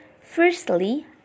Firstly